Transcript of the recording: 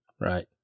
Right